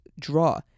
draw